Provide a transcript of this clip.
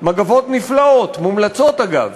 מגבות נפלאות, מומלצות, אגב.